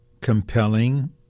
compelling